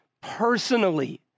personally